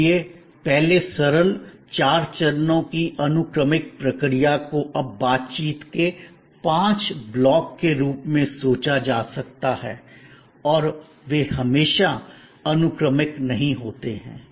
इसलिए पहले सरल चार चरणों की अनुक्रमिक प्रक्रिया को अब बातचीत के पांच ब्लॉक के रूप में सोचा जा सकता है और वे हमेशा अनुक्रमिक नहीं होते हैं